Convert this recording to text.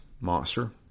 monster